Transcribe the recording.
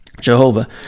Jehovah